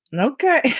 Okay